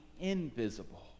invisible